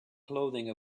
clothing